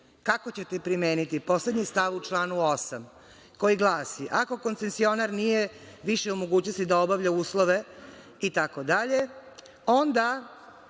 kako ćete primeniti poslednji stav u članu 8. koji glasi: Ako koncesionar nije više u mogućnosti da obavlja uslove itd.